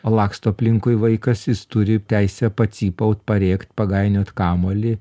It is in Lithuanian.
o laksto aplinkui vaikas jis turi teisę pacypaut parėkti pagainiot kamuolį